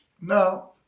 Now